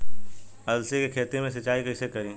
अलसी के खेती मे सिचाई कइसे करी?